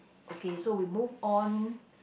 okay so we move on